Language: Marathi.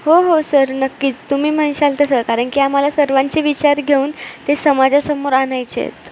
हो हो सर नक्कीच तुम्ही म्हणशाल तसं कारण की आम्हाला सर्वांचे विचार घेऊन ते समाजासमोर आणायचे आहेत